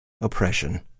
oppression